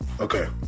Okay